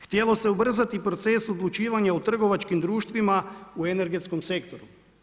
Htjelo se ubrzati proces odlučivanja u trgovačkim društvima, u energetskom sektoru.